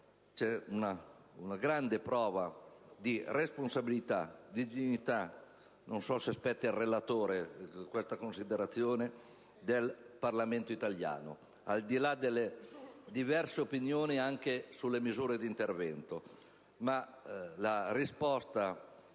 c'è una grande prova di responsabilità e dignità - non so se spetti al relatore questa considerazione - del Parlamento italiano, al di là delle diverse opinioni anche sulle misure di intervento. La risposta